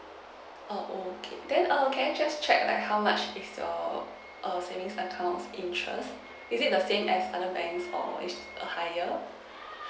oh okay then err can I just check like how much is a a savings account interest is it the same as other bank or it's err higher